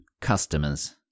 customers